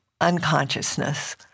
unconsciousness